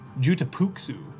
Jutapuksu